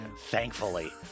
thankfully